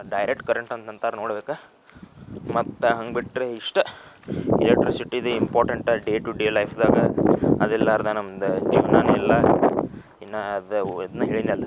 direct current ಹಂಗತಾರೆ ನೋಡಿ ಅದಕ್ಕೆ ಮತ್ತು ಹಂಗೆ ಬಿಟ್ಟರೆ ಇಷ್ಟ ಎಲೆಕ್ಟ್ರಿಸಿಟಿದು ಇಂಪಾರ್ಟೆಂಟ ಡೇ ಟುಡೇ ಲೈಫ್ದಾಗ ಅದು ಇರಲಾರ್ದ ನಮ್ದು ಜೀವ್ನನೇ ಇಲ್ಲ ಇನ್ನೂ ಅದ ಅದನ್ನ ಹೇಳೀನಲ್ಲ